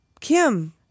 Kim